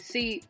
See